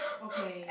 okay